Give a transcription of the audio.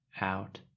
out